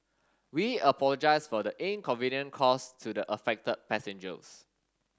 we apologise for the inconvenience caused to affected passengers